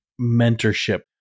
mentorship